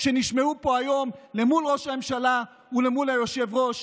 שנשמעו פה היום למול ראש הממשלה ולמול היושב-ראש.